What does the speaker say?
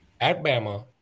Alabama